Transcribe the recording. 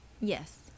yes